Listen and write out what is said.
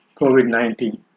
COVID-19